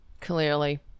Clearly